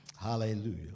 Hallelujah